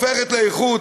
הופכת לאיכות,